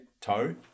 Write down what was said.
Toe